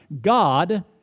God